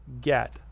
get